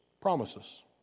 promises